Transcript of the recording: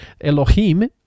Elohim